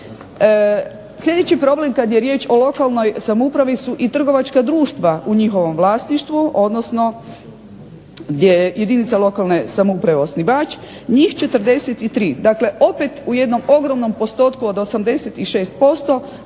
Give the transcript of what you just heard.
Sljedeći problem kada je riječ o lokalnoj samoupravi su u i trgovačka društva u njihovom vlasništvu odnosno gdje je jedinica lokalne samouprave osnivač, njih 43 dakle opet u jednom ogromnom postotku od 86% dobilo